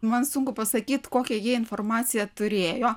man sunku pasakyt kokią jie informaciją turėjo